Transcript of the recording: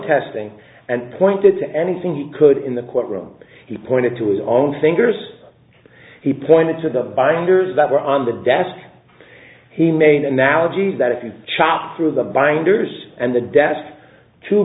testing and pointed to anything he could in the courtroom he pointed to his own fingers he pointed to the binders that were on the desk he made analogies that if you chop through the binders and the desks to